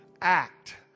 act